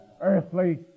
earthly